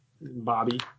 Bobby